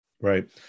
Right